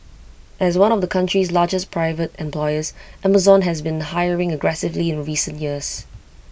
as one of the country's largest private employers Amazon has been hiring aggressively in recent years